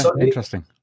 Interesting